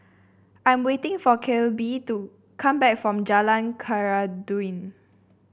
I'm waiting for Kelby to come back from Jalan Khairuddin